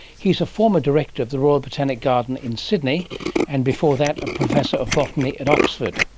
he's a former director of the royal botanic garden in sydney and before that a professor of botany at oxford.